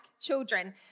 children